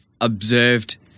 observed